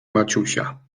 maciusia